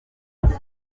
bindi